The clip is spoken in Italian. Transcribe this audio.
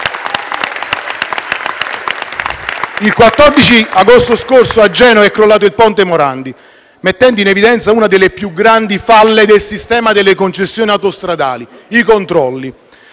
Il 14 agosto scorso a Genova è crollato il ponte Morandi, mettendo in evidenza una delle più grandi falle del sistema delle concessioni autostradali: i controlli.